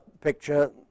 picture